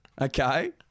Okay